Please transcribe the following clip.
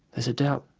there's a doubt,